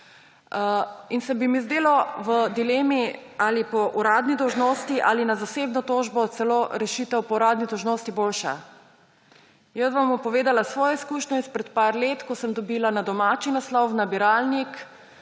In bi se mi zdela v dilemi, ali po uradni dolžnosti ali na zasebno tožbo, celo rešitev po uradni dolžnosti boljša. Povedala vam bom svojo izkušnjo izpred nekaj let, ko sem dobila na domači naslov v nabiralnik